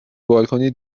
بالکنی